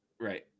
Right